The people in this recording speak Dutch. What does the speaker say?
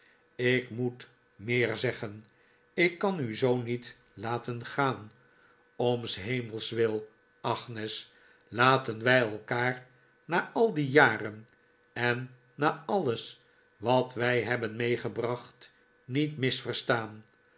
ik moet meer zeggen ik kan u zoo niet laten gaan om s hemels wil agnes laten wij elkaar na al die jaren en na alles wat zij hebben meegebracht niet misverstaan